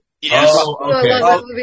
Yes